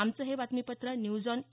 आमचं हे बातमीपत्र न्यूज ऑन ए